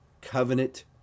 covenant